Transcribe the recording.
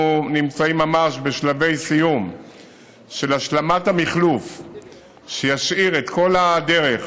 אנחנו נמצאים ממש בשלבי סיום של השלמת המחלוף שישאיר את כל הדרך,